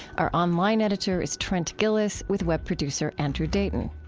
our online editor is trent gilliss, with web producer andrew dayton.